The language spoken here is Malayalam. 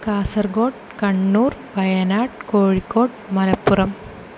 കാസർഗോഡ് കണ്ണൂർ വയനാട് കോഴിക്കോട് മലപ്പുറം